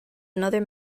another